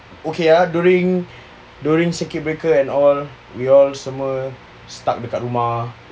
okay ah during during circuit breaker and all we all semua stuck dekat rumah